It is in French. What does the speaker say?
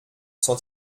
s’en